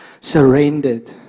surrendered